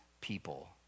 people